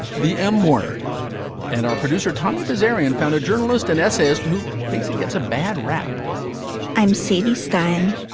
the m word and our producer, tommy bezerra, and found a journalist, an essayist who thinks it gets a bad rap i'm sadie stein.